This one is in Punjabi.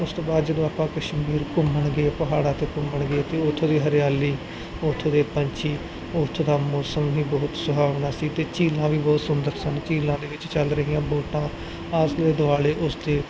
ਉਸ ਤੋਂ ਬਾਅਦ ਜਦੋਂ ਆਪਾਂ ਕਸ਼ਮੀਰ ਘੁੰਮਣ ਗਏ ਪਹਾੜਾ ਤੇ ਘੁੰਮਣ ਗਏ ਤੇ ਉੱਥੋਂ ਦੀ ਹਰਿਆਲੀ ਉੱਥੋਂ ਦੇ ਪੰਛੀ ਉੱਥੋਂ ਦਾ ਮੌਸਮ ਵੀ ਬਹੁਤ ਸੁਹਾਵਣਾ ਸੀ ਤੇ ਝੀਲਾਂ ਵੀ ਬਹੁਤ ਸੁੰਦਰ ਸਨ ਝੀਲਾਂ ਦੇ ਵਿੱਚ ਚੱਲ ਰਹੀਆਂ ਵੋਟਾਂ ਦੇ ਦੁਆਲੇ ਉਸਦੇ